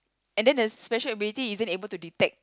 and then the special ability isn't able to detect